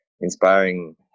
inspiring